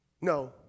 No